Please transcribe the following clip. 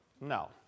no